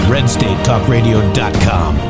RedstateTalkRadio.com